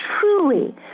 truly